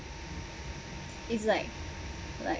it's like like